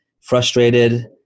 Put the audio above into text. frustrated